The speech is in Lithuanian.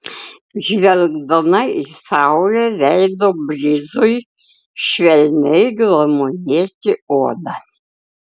žvelgdama į saulę leido brizui švelniai glamonėti odą